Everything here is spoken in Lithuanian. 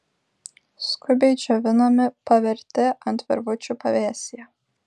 skubiai džiovinami paverti ant virvučių pavėsyje